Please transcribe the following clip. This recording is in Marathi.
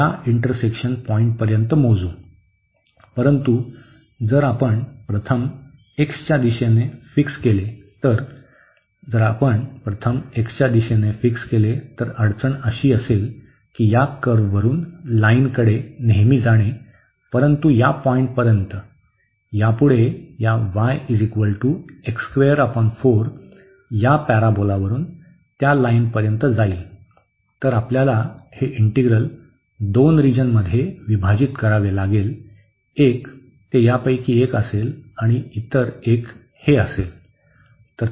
परंतु जर आपण प्रथम x च्या दिशेने फिक्स केले तर जर आपण प्रथम x च्या दिशेने फिक्स केले तर अडचण अशी असेल की या कर्व्हवरून लाईनकडे नेहमी जाणे परंतु या पॉईंटपर्यंत यापुढे या y या पॅराबोलावरुन त्या लाईनपर्यंत जाईल तर आपल्याला हे इंटीग्रल दोन रिजनमध्ये विभाजित करावे लागेल एक ते यापैकी एक असेल आणि इतर एक हे असेल